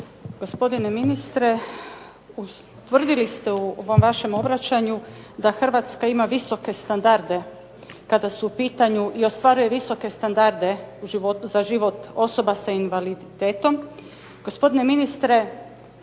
Gospodine ministre ustvrdili ste u ovom vašem obraćanju da Hrvatska ima visoke standarde kada su u pitanju i ostvaruje visoke standarde za život osoba sa invaliditetom. Gospodine ministre